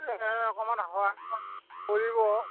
এই অকণমান সহায় সহযোগ কৰিব